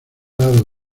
dado